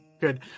Good